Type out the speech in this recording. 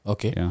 Okay